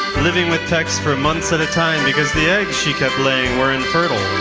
living with tex for months at a time because the eggs she kept laying were infertile.